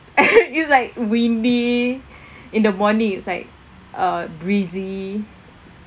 is like windy in the morning it's like uh breezy